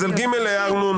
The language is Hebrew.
על (ג) הערנו.